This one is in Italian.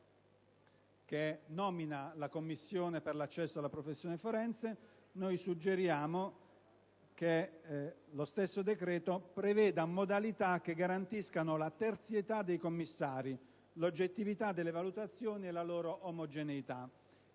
che nomina la commissione per l'accesso alla professione forense, suggeriamo che lo stesso decreto preveda modalità che garantiscano la terzietà dei commissari, l'oggettività delle valutazioni e la loro omogeneità.